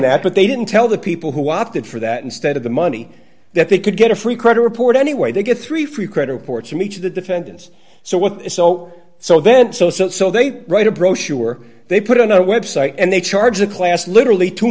that but they didn't tell the people who opted for that instead of the money that they could get a free credit report anyway they get three free credit reports from each of the defendants so what so so then so so so they write a brochure they put it on a website and they charge the class literally two